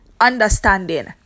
understanding